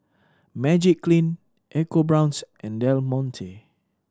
Magiclean EcoBrown's and Del Monte